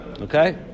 Okay